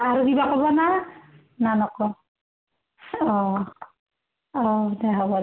আৰু কিবা ক'ব নে নে নকয় অঁ অঁ দে হ'ব